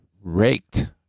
raked